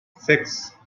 six